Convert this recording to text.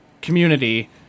community